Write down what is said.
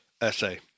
essay